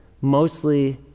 mostly